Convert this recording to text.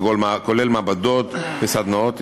כולל מעבדות וסדנאות,